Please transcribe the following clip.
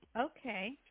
Okay